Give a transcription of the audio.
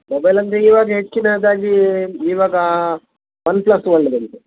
mobile ಅಂದರೆ ಇವಾಗ ಹೆಚ್ಚಿನದಾಗಿ ಇವಾಗ ಒನ್ ಪ್ಲಸ್ ಫೋನ್ ಬಂದಿದೆ